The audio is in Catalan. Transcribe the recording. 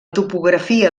topografia